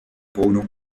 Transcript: bruno